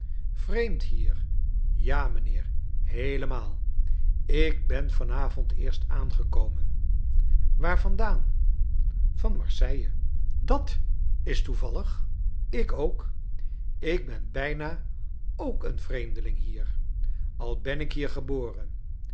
vreemd hier ja mijnheer heelemaal ik ben van avond eerst aangekomen vaar vandaan van marseille dat is toevallig ik ook i ik ben bijna ook een vreemdeling hier al ben ik hier geboren